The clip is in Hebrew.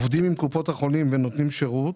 הם עובדים עם קופות החולים ונותנים שירות.